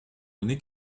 donné